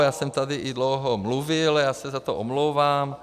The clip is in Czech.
Já jsem tady i dlouho mluvil, já se za to omlouvám.